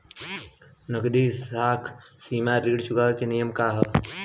नगदी साख सीमा ऋण चुकावे के नियम का ह?